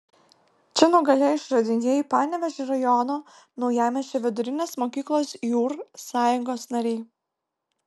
čia nugalėjo išradingieji panevėžio rajono naujamiesčio vidurinės mokyklos jūr sąjungos nariai